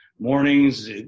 mornings